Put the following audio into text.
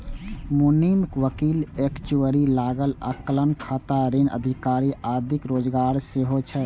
मुनीम, वकील, एक्चुअरी, लागत आकलन कर्ता, ऋण अधिकारी आदिक रोजगार सेहो छै